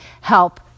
help